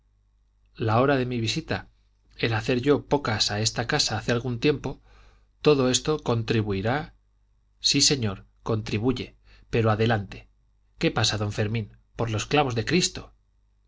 la hora de mi visita el hacer yo pocas a esta casa hace algún tiempo todo esto contribuirá sí señor contribuye pero adelante qué pasa don fermín por los clavos de cristo